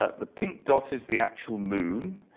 ah the pink dot is the actual moon,